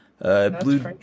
Blue